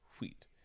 Wheat